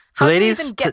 Ladies